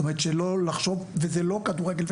וזה לא כדורגל,